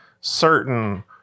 certain